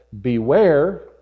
beware